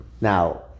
Now